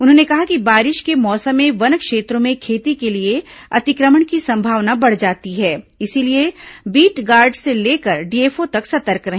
उन्होंने कहा कि बारिश के मौसम में वन क्षेत्रों में खेती के लिए अतिक्रमण की संभावना बढ़ जाती है इसलिए बीट गार्ड से लेकर डीएफओ तक सतर्क रहे